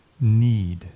need